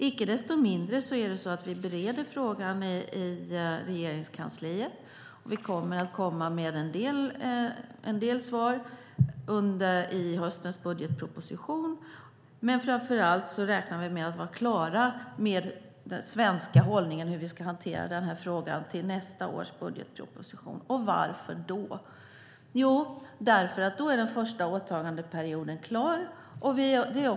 Icke desto mindre bereds frågan i Regeringskansliet. Vi kommer med en del svar i höstens budgetproposition. Men framför allt räknar vi med att vara klara med den svenska hållningen, med hur frågan ska hanteras, till nästa års budgetproposition. Varför? Jo, därför att då är den första åtagandeperioden avslutad.